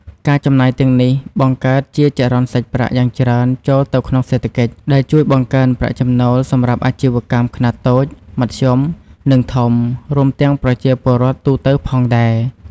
ការចំណាយទាំងនេះបង្កើតជាចរន្តសាច់ប្រាក់យ៉ាងច្រើនចូលទៅក្នុងសេដ្ឋកិច្ច ដែលជួយបង្កើនប្រាក់ចំណូលសម្រាប់អាជីវកម្មខ្នាតតូច មធ្យម និងធំ រួមទាំងប្រជាពលរដ្ឋទូទៅផងដែរ។